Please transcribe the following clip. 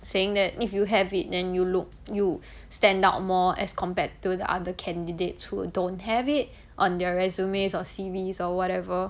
saying that if you have it then you look you stand out more as compared to the other candidates who don't have it on their resumes or C_Vs or whatever